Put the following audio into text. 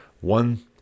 one